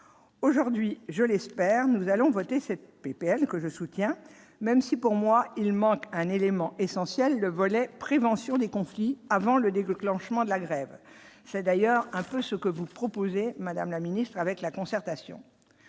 aujourd'hui, je l'espère, nous allons voter cette PPL que je soutiens, même si pour moi il manque un élément essentiel, le volet prévention des conflits, avant le déclenchement de la grève, c'est d'ailleurs un peu ce que vous proposez, madame la ministre avec la concertation,